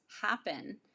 happen